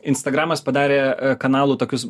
instagramas padarė kanalų tokius